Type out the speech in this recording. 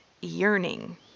yearning